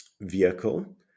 vehicle